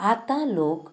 आतां लोक